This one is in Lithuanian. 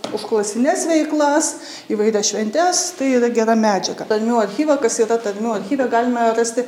užklasines veiklas įvairias šventes tai yra gera medžiaga tarmių archyvą kas yra tarmių archyve galime rasti